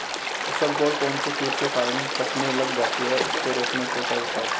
इसबगोल कौनसे कीट के कारण कटने लग जाती है उसको रोकने के उपाय बताओ?